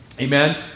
Amen